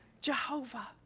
Jehovah